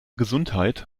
gesundheit